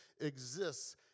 exists